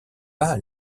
pas